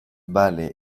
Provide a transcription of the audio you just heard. vale